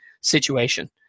situation